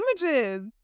Images